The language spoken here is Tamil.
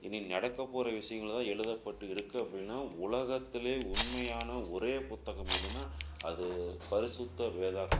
இன்னைக்கு நடக்க போகிற விஷயங்கள தான் எழுதப்பட்டு இருக்குது அப்படின்னா உலகத்துலேயே உண்மையான ஒரே புத்தகம் எதுன்னா அது பரிசுத்த வேதாகமும் தான்